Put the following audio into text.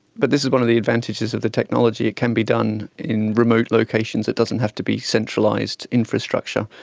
but this is one of the advantages of the technology, it can be done in remote locations, it doesn't have to be centralised infrastructure.